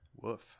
Woof